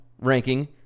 ranking